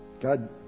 God